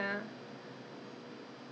没有啊 you mean 他的 staff 不是马来人的 ha